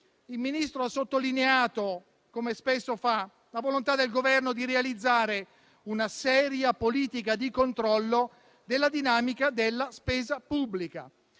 il Ministro ha sottolineato, come spesso fa, la volontà del Governo di realizzare una seria politica di controllo della dinamica della spesa pubblica.